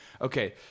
Okay